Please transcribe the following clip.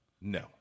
No